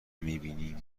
میبینیم